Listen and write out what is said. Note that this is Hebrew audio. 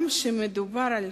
גם כשמדובר על